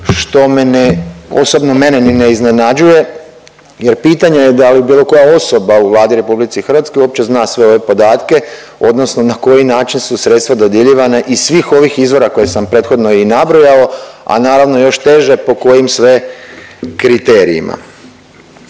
ne, osobno mene ni ne iznenađuje jer pitanje da li bilo koja osoba u Vladi u RH uopće zna sve ove podatke odnosno na koji način su sredstva dodjeljivana iz svih ovih izvora koje sam prethodno i nabrojao, a naravno, još teže po kojim sve kriterijima.